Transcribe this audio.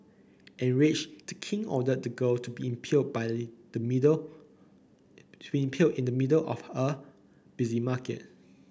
enraged the king ordered the girl to be impaled in the middle impaled in the middle of a busy market